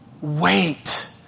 wait